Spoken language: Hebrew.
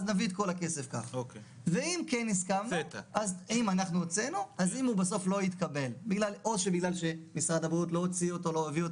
ברכה שיכול להיות שבסוף תביא לקללה